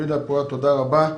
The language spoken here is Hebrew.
יהודה פואה, תודה רבה.